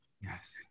Yes